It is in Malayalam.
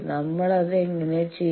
നമ്മൾ അത് എങ്ങനെ ചെയ്യും